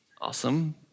Awesome